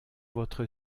votre